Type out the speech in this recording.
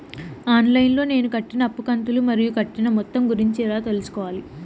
On line లో నేను కట్టిన అప్పు కంతులు మరియు కట్టిన మొత్తం గురించి ఎలా తెలుసుకోవాలి?